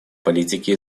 политики